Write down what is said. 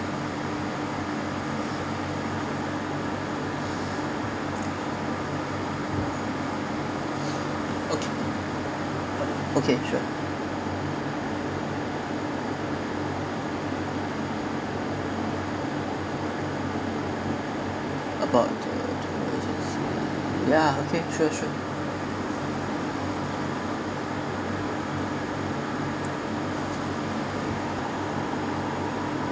okay okay sure about the the the ya okay sure sure